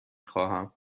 خواهم